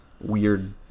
weird